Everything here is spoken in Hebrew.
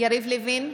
יריב לוין,